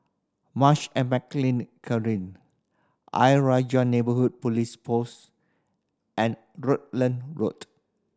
Marsh and McLennan Ayer Rajah Neighbourhood Police Post and Rutland Road